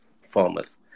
farmers